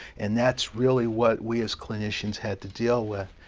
and that's really what we as clinicians had to deal with.